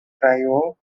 trio